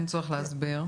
אין צורך להסביר.